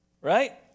Right